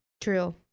True